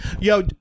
yo